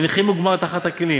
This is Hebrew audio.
ומניחין מוגמר תחת הכלים